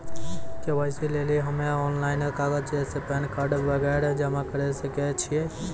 KYC लेली हम्मय online कागज जैसे पैन कार्ड वगैरह जमा करें सके छियै?